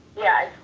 yeah,